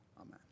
Amen